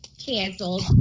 canceled